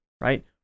right